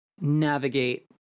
navigate